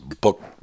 book